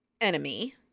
enemy